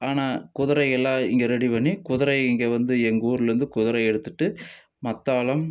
ஆனால் குதிரைகள்லாம் இங்கே ரெடி பண்ணி குதிரை இங்கே வந்து எங்கள் ஊர்லேருந்து குதிரை எடுத்துகிட்டு மத்தளம்